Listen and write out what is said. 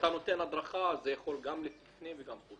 כשאתה נותן את ההדרכה זה יכול להיות גם בפנים וגם החוצה.